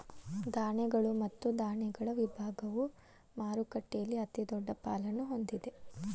ಧಾನ್ಯಗಳು ಮತ್ತು ಧಾನ್ಯಗಳ ವಿಭಾಗವು ಮಾರುಕಟ್ಟೆಯಲ್ಲಿ ಅತಿದೊಡ್ಡ ಪಾಲನ್ನು ಹೊಂದಿದೆ